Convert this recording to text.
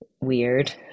weird